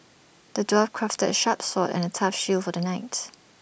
the dwarf crafted A sharp sword and A tough shield for the knights